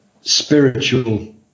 spiritual